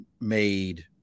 made